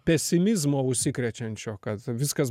pesimizmo užsikrečiančio kad viskas